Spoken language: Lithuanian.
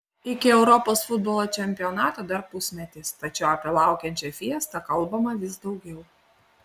iki europos futbolo čempionato dar pusmetis tačiau apie laukiančią fiestą kalbama vis daugiau